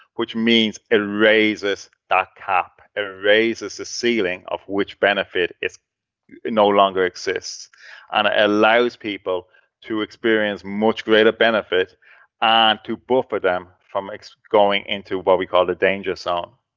which means it raises that cap. it and raises the ceiling of which benefit is no longer exists. and it allows people to experience much greater benefit and to buffer them from going into what we call the danger zone.